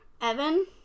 Evan